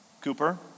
Cooper